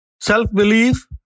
Self-belief